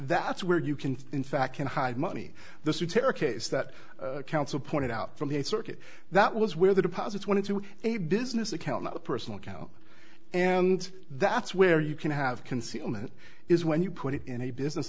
that's where you can in fact can hide money the superior case that counsel pointed out from the circuit that was where the deposits went to a business account not a personal account and that's where you can have concealment is when you put it in a business